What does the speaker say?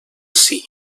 ací